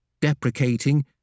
deprecating